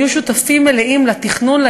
שהיו שותפים מלאים לתכנון,